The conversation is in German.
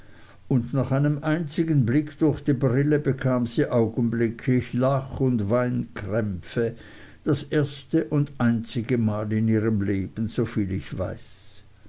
und nach einem einzigen blick durch die brille bekam sie augenblicklich lach und weinkrämpfe das erste und einzige mal in ihrem leben soviel ich weiß